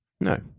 No